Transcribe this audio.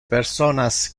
personas